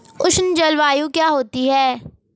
उष्ण जलवायु क्या होती है?